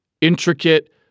intricate